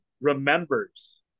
remembers